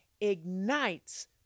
ignites